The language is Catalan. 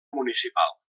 municipal